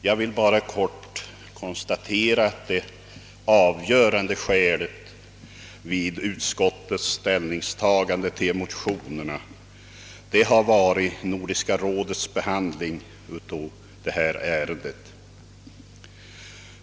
Jag vill bara kort konstatera att det avgörande skälet vid utskottets ställningstagande till motionerna varit Nordiska rådets behandling av detta ärende.